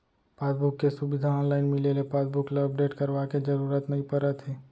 passbook के सुबिधा online मिले ले पासबुक ल अपडेट करवाए के जरूरत नइ परत हे